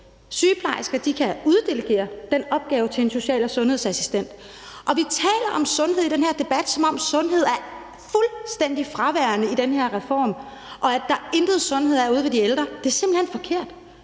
Sygeplejersker kan uddelegere den opgave til en social- og sundhedsassistent. Og vi taler om sundhed i den her debat, som om sundhed er fuldstændig fraværende i den her reform og der intet sundhed er ude ved de ældre. Det er simpelt hen forkert.